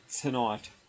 Tonight